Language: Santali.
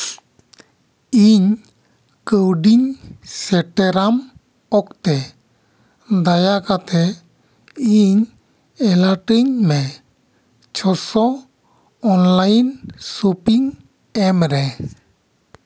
ᱤᱧ ᱠᱟᱹᱣᱰᱤᱢ ᱥᱮᱴᱮᱨᱟᱢ ᱚᱠᱛᱮ ᱫᱟᱭᱟ ᱠᱟᱛᱮᱜ ᱤᱧ ᱮᱞᱟᱨᱴ ᱤᱧ ᱢᱮ ᱪᱷᱚᱥᱚ ᱚᱱᱞᱟᱭᱤᱱ ᱥᱚᱯᱤᱝ ᱮᱢᱨᱮ